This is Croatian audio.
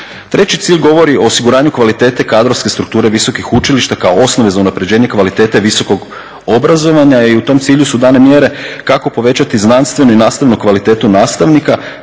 Treći cilj govori o osiguranju kvalitete kadrovske strukture visokih učilišta kao osnove za unapređenje kvalitete visokog obrazovanja i u tom cilju su dane mjere kako povećati znanstvenu i nastavnu kvalitetu nastavnika,